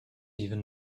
even